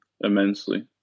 immensely